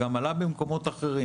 אלא גם במקומות אחרים